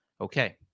okay